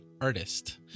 artist